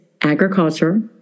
Agriculture